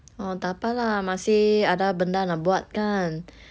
oh tak apa lah masih ada benda nak buat kan